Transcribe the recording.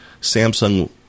Samsung